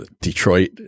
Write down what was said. Detroit